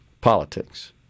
politics